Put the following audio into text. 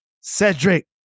Cedric